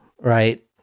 right